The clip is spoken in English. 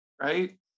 right